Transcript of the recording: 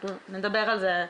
אנחנו נדבר על זה פנימית.